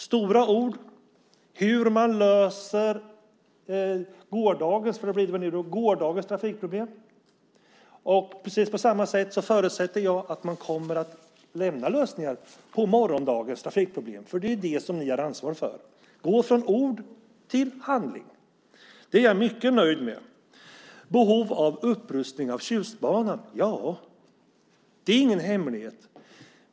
Stora ord om hur man löser gårdagens trafikproblem. Och precis på samma sätt förutsätter jag att man kommer att lämna lösningar på morgondagens trafikproblem, för det är det som ni har ansvar för. Det gäller att gå från ord till handling, och det är jag mycket nöjd med. Det sades att det finns behov av upprustning av Tjustbanan. Ja, det är ingen hemlighet.